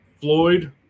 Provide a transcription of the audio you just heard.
Floyd